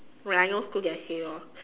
when I no school then say lor